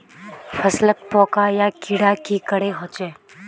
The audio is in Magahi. फसलोत पोका या कीड़ा की करे होचे?